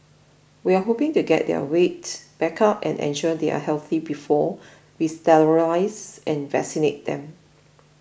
we are hoping to get their weight back up and ensure they are healthy before we sterilise and vaccinate them